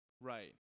right